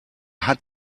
hat